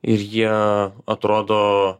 ir jie atrodo